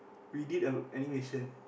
we did a animation